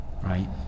Right